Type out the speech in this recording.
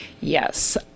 Yes